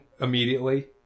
immediately